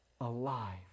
Alive